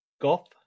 goth